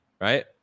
right